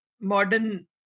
modern